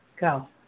go